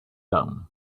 down